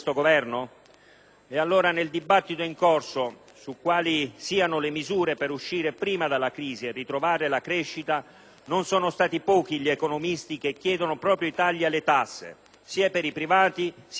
Nel dibattito in corso su quali siano le misure per uscire prima dalla crisi e ritrovare la crescita, non sono pochi gli economisti che chiedono proprio i tagli alle tasse, sia per i privati sia per le imprese.